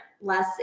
less